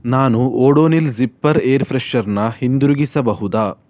ನಾನು Odonil zipper air ಫ್ರೆಷರ್ನ ಹಿಂದಿರುಗಿಸಬಹುದಾ